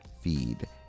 feed